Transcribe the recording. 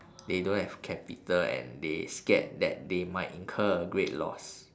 they don't have capital and they scared that they might incur a great loss